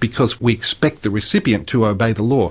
because we expect the recipient to obey the law.